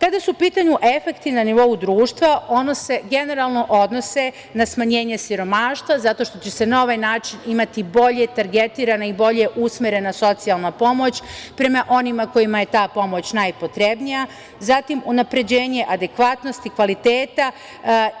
Kada su u pitanju efekti na nivou društva, oni se generalno odnose na smanjenje siromaštva zato što će na ovaj način biti bolje targetirana i bolje usmerena socijalna pomoć prema onima kojima je ta pomoć najpotrebnija, zatim unapređenje adekvatnosti, kvaliteta